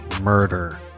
murder